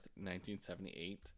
1978